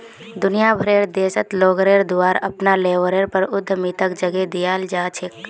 दुनिया भरेर देशत लोगेर द्वारे अपनार लेवलेर पर उद्यमिताक जगह दीयाल जा छेक